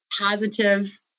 positive